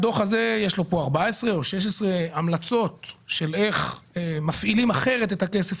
בדוח הזה יש 14 או 16 המלצות איך להפעיל אחרת את הכסף